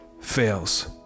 fails